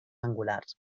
angulars